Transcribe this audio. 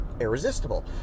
irresistible